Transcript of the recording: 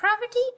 poverty